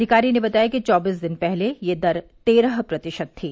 अधिकारी ने बताया कि चौबीस दिन पहले यह दर तेरह प्रतिशत थी